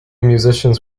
musicians